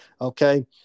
Okay